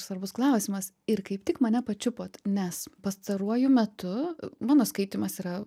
svarbus klausimas ir kaip tik mane pačiupot nes pastaruoju metu mano skaitymas yra